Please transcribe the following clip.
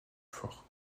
fort